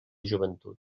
joventut